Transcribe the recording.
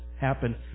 happen